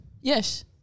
Yes